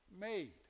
made